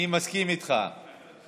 דבר תורה זה בלי שעון.